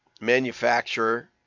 manufacturer